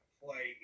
play